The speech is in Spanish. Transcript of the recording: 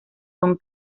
son